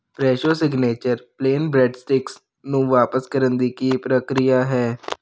Fresho signature plain bread sticks ਨੂੰ ਵਾਪਸ ਕਰਨ ਦੀ ਕੀ ਪ੍ਰਕਿਰਿਆ ਹੈ